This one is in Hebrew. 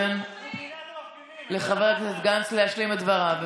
תן לחבר הכנסת גנץ להשלים את דבריו,